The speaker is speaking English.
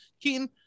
Keaton